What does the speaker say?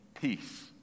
peace